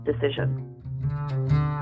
decision